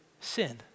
sin